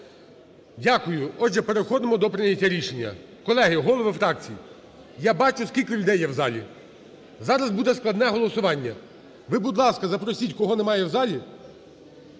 Дякую. Отже, переходимо до прийняття рішення. Колеги, голови фракцій, я бачу скільки людей є в залі, зараз буде складне голосування. Ви, будь ласка, запросіть кого немає в залі,